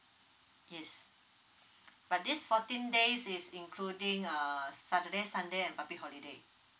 yes but this fourteen days is including uh saturday sunday and public holiday